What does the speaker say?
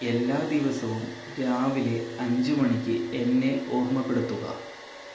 എല്ലാ ദിവസവും രാവിലെ അഞ്ചുമണിക്ക് എന്നെ ഓർമ്മപ്പെടുത്തുക